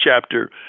chapter